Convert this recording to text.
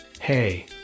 hey